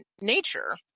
nature